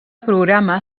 programa